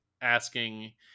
asking